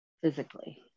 physically